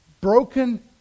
broken